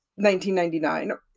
1999